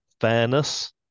fairness